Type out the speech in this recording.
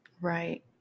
right